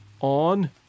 On